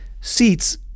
seats